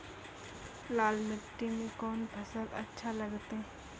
लाल मिट्टी मे कोंन फसल अच्छा लगते?